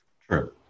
True